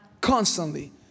Constantly